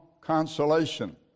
consolation